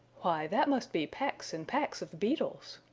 why, that must be packs and packs of beetles!